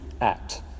act